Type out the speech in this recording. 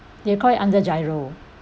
they call it under GIRO